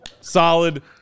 solid